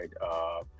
right